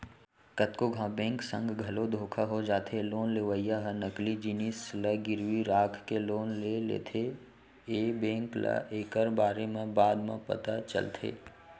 कतको घांव बेंक संग घलो धोखा हो जाथे लोन लेवइया ह नकली जिनिस ल गिरवी राखके लोन ले लेथेए बेंक ल एकर बारे म बाद म पता चलथे